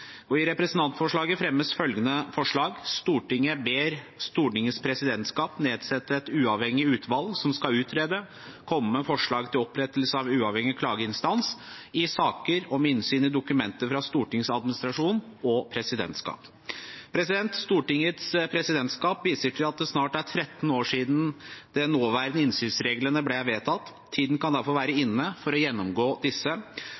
presidentskap. I representantforslaget fremmes følgende forslag: «Stortinget ber Stortingets presidentskap nedsette et uavhengig utvalg som skal utrede og komme med forslag til opprettelse av en uavhengig klageinstans i saker om innsyn i dokumenter fra Stortingets administrasjon og presidentskap.» Stortingets presidentskap viser til at det snart er 13 år siden de nåværende innsynsreglene ble vedtatt. Tiden kan derfor være inne for å gjennomgå disse